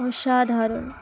অসাধারণ